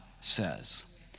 says